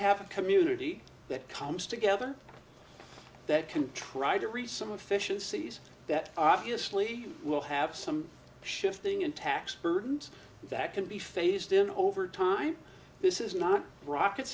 have a community that comes together that can try to reach some officious sees that obviously we'll have some shifting in tax burdens that can be phased in over time this is not rocket